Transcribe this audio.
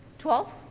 twelve.